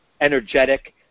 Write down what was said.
energetic